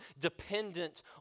dependent